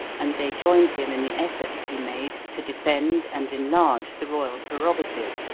and they joined him in the efforts he made to defend and enlarge the royal prerogative,